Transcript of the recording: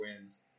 wins